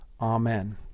Amen